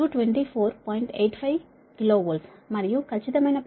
85 KV మరియు ఖచ్చితమైన పద్ధతి కోసం 224